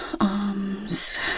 arms